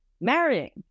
marrying